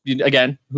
again